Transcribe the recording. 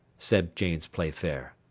said james playfair.